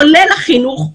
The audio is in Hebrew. כולל החינוך,